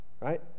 right